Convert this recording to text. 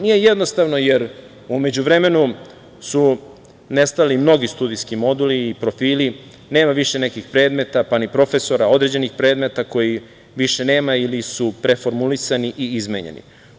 Nije jednostavno jer u međuvremenu su nestali mnogi studentski moduli i profili, nema više nekih predmeta, pa ni profesora određenih predmeta kojih više nema ili su preformulisani ili izmenjeni.